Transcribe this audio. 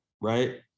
right